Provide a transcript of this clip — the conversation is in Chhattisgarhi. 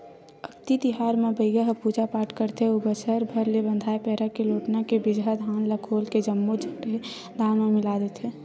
अक्ती तिहार म बइगा ह पूजा पाठ करथे अउ बछर भर ले बंधाए पैरा के लोटना के बिजहा धान ल खोल के जम्मो चड़हे धान म मिला देथे